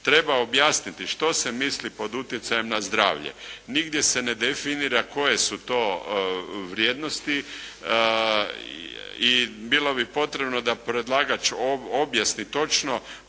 Treba objasniti što se misli pod utjecajem na zdravlje. Nigdje se ne definira koje su to vrijednosti i bilo bi potrebno da predlagač objasni točno